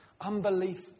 Unbelief